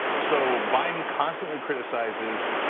so biden constantly criticizes